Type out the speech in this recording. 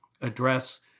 address